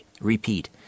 Repeat